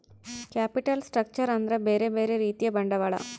capital structure ಅಂದ್ರ ಬ್ಯೆರೆ ಬ್ಯೆರೆ ರೀತಿಯ ಬಂಡವಾಳ